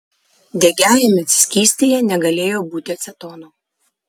degiajame skystyje negalėjo būti acetono